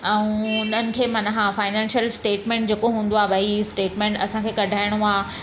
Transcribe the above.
ऐं उन्हनि खे मना हा फाइनैंशियल स्टेटमेंट जेको हूंदो आहे भई स्टेटमेंट असांखे कढाइणो आहे